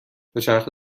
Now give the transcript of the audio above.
دوچرخه